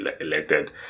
elected